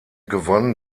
gewann